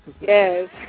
Yes